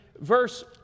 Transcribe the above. verse